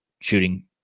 shooting